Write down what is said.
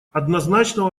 однозначного